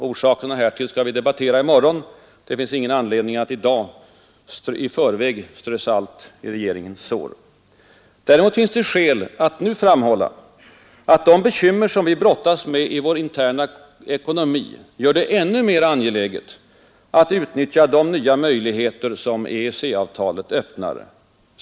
Orsakerna härtill kommer vi att debattera i morgon; det finns ingen anledning att i förväg strö salt i regeringens sår. Däremot finns det skäl att nu framhålla, att de bekymmer vi brottas med i vår interna ekonomi gör det ännu mera angeläget att utnyttja de nya möjligheter som EEC-avtalet öppnar.